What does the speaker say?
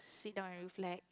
sit down and reflect